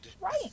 Right